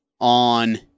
on